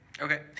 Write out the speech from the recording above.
Okay